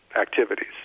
activities